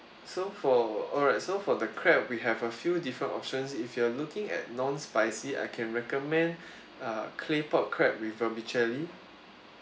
so for alright so for the crab we have a few different options if you are looking at non-spicy I can recommend uh claypot crab with uh vermicelli